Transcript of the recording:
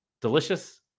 Delicious